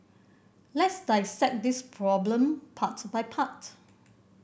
let's dissect this problem part by part